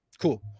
Cool